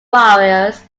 warriors